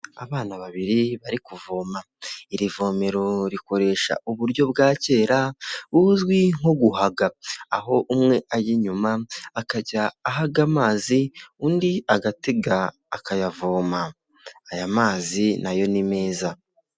Abana babiri bari kuvoma, iri vomero rikoresha uburyo bwa kera buzwi nko guhaga, aho umwe ajya inyuma akajya ahaga amazi, undi agatega akayavoma, aya mazi nayo ni meza.